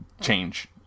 change